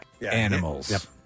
animals